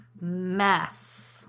mess